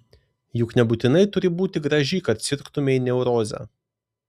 juk nebūtinai turi būti graži kad sirgtumei neuroze